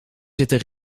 zitten